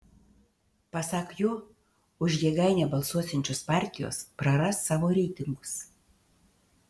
pasak jo už jėgainę balsuosiančios partijos praras savo reitingus